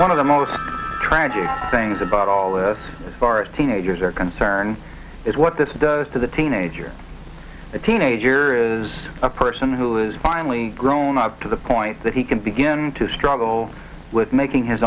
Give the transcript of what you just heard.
one of the most tragic things about all this far as teenagers are concerned is what this does to the teenager a teenager is a person who is finally grown up to the point that he can begin to struggle with making his